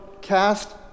cast